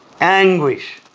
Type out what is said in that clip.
anguish